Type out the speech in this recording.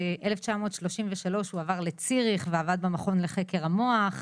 בשנת 1933 הוא עבר לציריך ועבד במכון לחקר המוח,